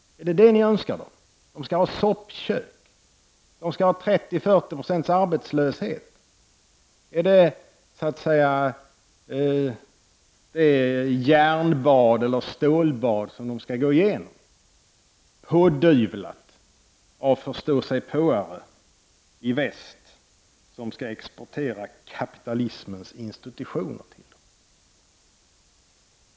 Är det det ni önskar dem, att de skall ha soppkök? Att de skall ha 30—40 26 arbetslöshet? Är det detta stålbad som de skall gå igenom, pådyvlat dem av förståsigpåare i väst som skall exportera kapitalismens institutioner till dem?